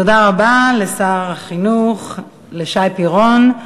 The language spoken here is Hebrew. תודה רבה לשר החינוך שי פירון.